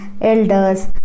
elders